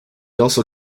also